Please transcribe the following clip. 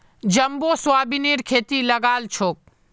jumbo सोयाबीनेर खेती लगाल छोक